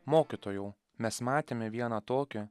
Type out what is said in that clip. mokytojau mes matėme vieną tokį